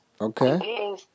Okay